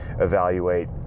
evaluate